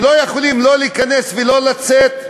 שלא יכולים, לא להיכנס ולא לצאת משם,